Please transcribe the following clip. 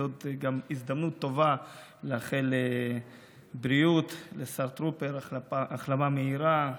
זו גם הזדמנות טובה לאחל לשר טרופר החלמה מהירה,